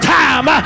time